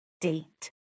date